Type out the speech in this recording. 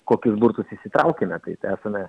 kokius burtus išsitraukėme kaip esame